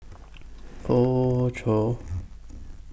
Hoey Choo